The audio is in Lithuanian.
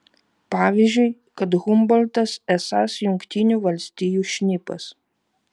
pavyzdžiui kad humboltas esąs jungtinių valstijų šnipas